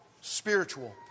spiritual